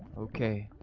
okay,